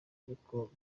ariko